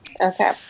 Okay